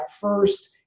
first